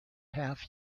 half